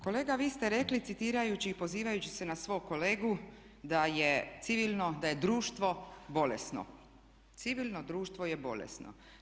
Kolega vi ste rekli citirajući i pozivajući se na svog kolegu da je civilno, da je društvo bolesno, "Civilno društvo je bolesno"